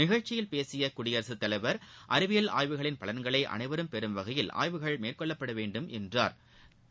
நிகழ்ச்சியில் பேசிய குடியரசு தலைவர் அறிவியல் ஆய்வுகளின் பலன்களை அனைவரும் பெறும் வகையில் ஆய்வுகள் மேற்கொள்ளப்பட வேண்டும் என்றாா்